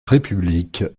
république